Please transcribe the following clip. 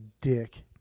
dick